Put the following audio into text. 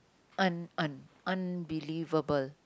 un~ un~ unbelievable